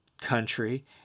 country